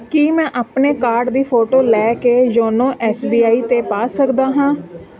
ਕੀ ਮੈਂ ਆਪਣੇ ਕਾਰਡ ਦੀ ਫੋਟੋ ਲੈ ਕੇ ਜੋਨੋ ਐਸ ਬੀ ਆਈ 'ਤੇ ਪਾ ਸਕਦਾ ਹਾਂ